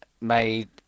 made